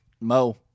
Mo